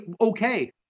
okay